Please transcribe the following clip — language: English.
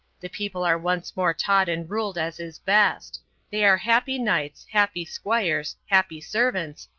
the people are once more taught and ruled as is best they are happy knights, happy squires, happy servants,